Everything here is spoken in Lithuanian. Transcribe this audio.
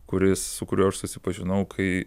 kuris su kuriuo aš susipažinau kai